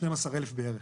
12,000 בערך.